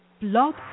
Blog